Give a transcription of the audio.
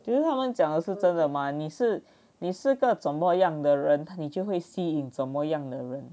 所以他们讲的是真的吗你是你是个怎么样的人他你就会吸引怎么样的人